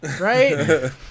right